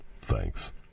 thanks